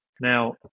now